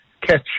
catch